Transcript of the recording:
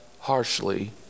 harshly